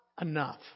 enough